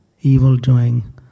evil-doing